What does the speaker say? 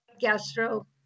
gastro